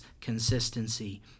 consistency